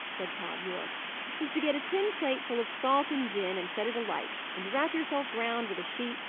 said tod yorke is to get a tin plate full of salt and gin, and set it alight, and wrap yourself round with a sheet,